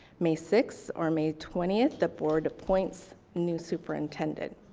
may sixth or may twentieth, the board appoints new superintendent.